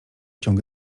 ciąg